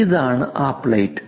ഇതാണ് ആ പ്ലേറ്റ്